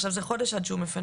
עכשיו זה חודש עד שהוא מפנה.